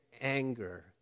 anger